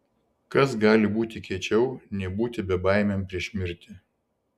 kas gali būti kiečiau nei būti bebaimiam prieš mirtį